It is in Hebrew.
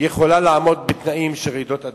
יכולה לעמוד בתנאים של רעידות אדמה.